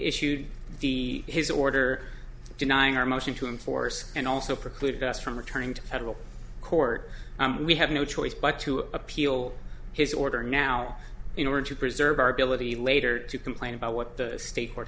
issued the his order denying our motion to enforce and also preclude us from returning to federal court we have no choice but to appeal his order now in order to preserve our ability later to complain about what the state court